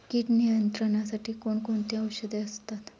कीड नियंत्रणासाठी कोण कोणती औषधे असतात?